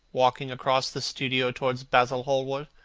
walking across the studio towards basil hallward.